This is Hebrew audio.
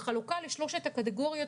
בחלוקה לשלוש קטגוריות,